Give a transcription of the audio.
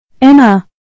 Emma